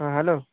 হ্যাঁ হ্যালো